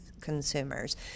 consumers